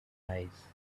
eyes